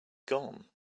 gone